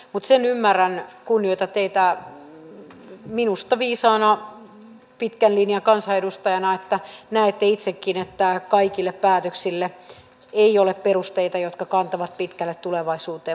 mutta sen ymmärrän kunnioitan teitä minusta viisaana pitkän linjan kansanedustajana että näette itsekin että kaikille päätöksille ei ole perusteita jotka kantavat pitkälle tulevaisuuteen